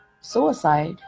suicide